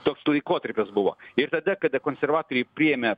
toks laikotarpis buvo ir tada kada konservatoriai priėmė